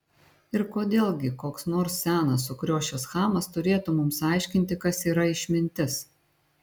ir kodėl gi koks nors senas sukriošęs chamas turėtų mums aiškinti kas yra išmintis